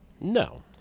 No